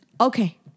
Okay